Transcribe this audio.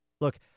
Look